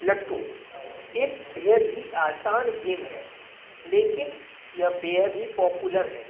لٹو ایک بے حد ہی آسان گیم ہے لیکن یہ بے حد ہی پاپولر ہے